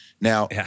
Now